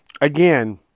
again